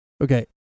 Okay